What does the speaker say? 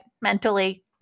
mentally